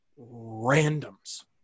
randoms